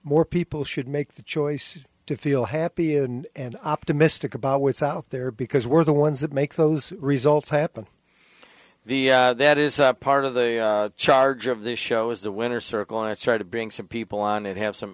more people should make the choice to feel happy and optimistic about what's out there because we're the ones that make those results happen the that is part of the charge of this show is the winner's circle and to try to bring some people on it have some